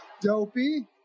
Dopey